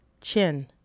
Chin